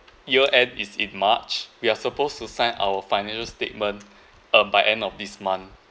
year end is in march we are supposed to sign our financial statement uh by end of this month